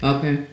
Okay